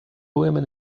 women